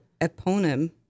eponym